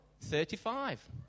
Thirty-five